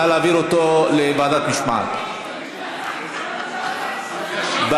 התשע"ז 2016,